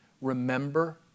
Remember